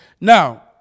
Now